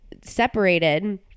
separated